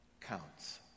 counts